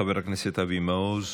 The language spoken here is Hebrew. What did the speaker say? חבר הכנסת אבי מעוז,